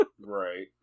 Right